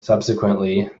subsequently